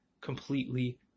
completely